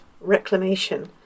reclamation